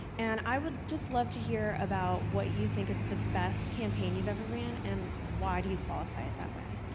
and i would just love to hear about what you think is the best campaign you've ever ran, and why do you qualify it that way?